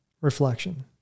reflection